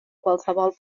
qualsevol